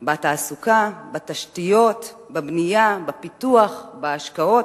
בתעסוקה, בתשתיות, בבנייה, בפיתוח, בהשקעות,